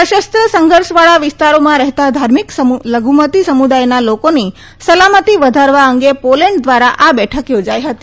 સશ્મ સંઘર્ષવાળા વિસ્તારોમાં રહેતા ધાર્મિક લધુમતી સમુદાયના લોકોની સલામતી વધારવા અંગે પોલેન્ડ ધ્વારા આ બેઠક યોજાઈ હતી